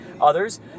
others